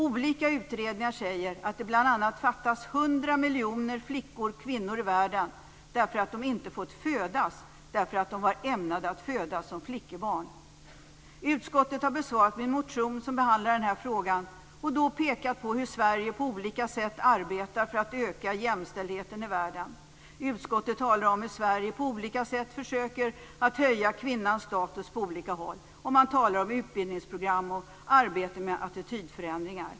Olika utredningar säger att det fattas 100 miljoner flickor/kvinnor i världen därför att de inte fått födas på grund av att de var ämnade att födas som flickebarn. Utskottet har besvarat min motion som behandlar den här frågan och då pekat på hur Sverige på olika sätt arbetar för att öka jämställdheten i världen. Utskottet talar om hur Sverige på olika sätt försöker att höja kvinnans status på olika håll. Man talar om utbildningsprogram och arbete med attitydförändringar.